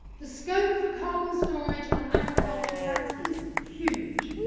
the scope for carbon storage on agriculture land is huge.